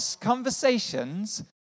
conversations